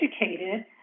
educated